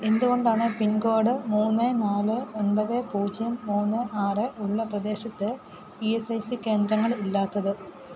എന്തുകൊണ്ടാണ് പിൻകോഡ് മൂന്ന് നാല് ഒൻപത് പൂജ്യം മൂന്ന് ആറ് ഉള്ള പ്രദേശത്ത് ഇ എസ് ഐ സി കേന്ദ്രങ്ങൾ ഇല്ലാത്തത്